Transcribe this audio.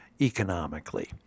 economically